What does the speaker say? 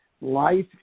Life